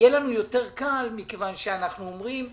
יהיה לנו הרבה יותר קל, מכיוון שאנחנו אומרים,